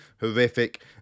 horrific